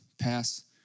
pass